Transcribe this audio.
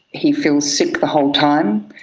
he feels sick the whole time.